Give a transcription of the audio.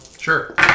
Sure